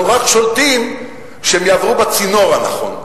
אנחנו רק שולטים שהם יעברו בצינור הנכון,